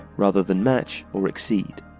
rather than match or exceed.